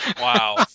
wow